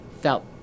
felt